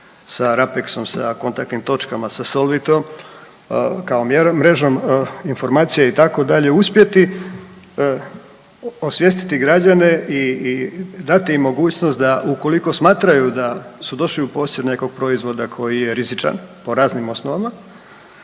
sa RAPEX-om, sa kontaktnim točkama, sa SOLVIT-om, kao mjerom, mrežom informacija, itd., uspjeti osvijestiti građane i dati im mogućnost da, ukoliko smatraju da su došli u posjed nekog proizvoda koji je rizičan po raznim osnovama,